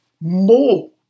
more